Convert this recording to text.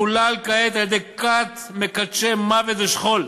מחולל כעת על-ידי כת מקדשי מוות ושכול,